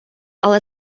але